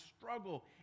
struggle